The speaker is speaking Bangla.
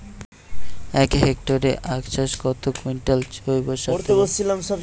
এক হেক্টরে আখ চাষে কত কুইন্টাল জৈবসার দেবো?